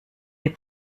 les